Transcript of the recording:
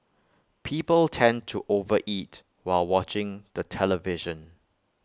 people tend to over eat while watching the television